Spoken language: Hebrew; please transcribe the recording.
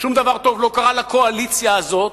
שום דבר טוב לא קרה לקואליציה הזאת,